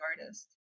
artist